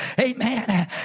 amen